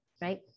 right